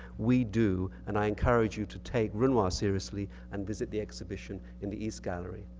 we do, and i encourage you to take renoir seriously and visit the exhibition in the east gallery.